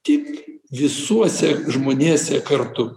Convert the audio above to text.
tik visuose žmonėse kartu